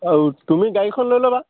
অঁ তুমি গাড়ীখন লৈ ল'বা